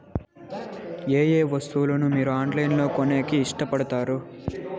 ఏయే వస్తువులను మీరు ఆన్లైన్ లో కొనేకి ఇష్టపడుతారు పడుతారు?